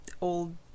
old